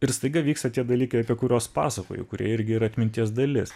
ir staiga vyksta tie dalykai apie kuriuos pasakoju kurie irgi yra atminties dalis